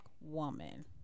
woman